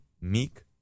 Meek